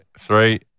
three